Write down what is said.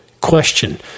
Question